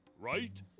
Right